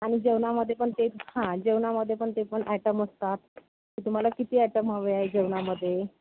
आणि जेवणामध्ये पण ते हां जेवणामध्ये पण ते पण ॲटम असतात की तुम्हाला किती ॲटम हवे आहे जेवणामध्ये